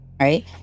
right